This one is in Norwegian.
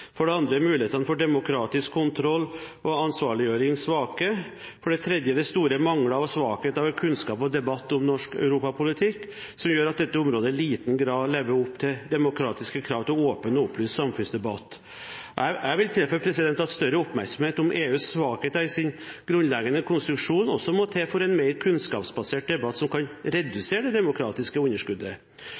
For det andre er mulighetene for demokratisk kontroll og ansvarliggjøring svake. For det tredje er det store mangler og svakheter ved kunnskap og debatt om norsk europapolitikk, som gjør at dette området i liten grad lever opp til demokratiske krav til åpen og opplyst samfunnsdebatt. Jeg vil tilføye at større oppmerksomhet om EUs svakheter i sin grunnleggende konstruksjon også må til for en mer kunnskapsbasert debatt som kan redusere det demokratiske underskuddet.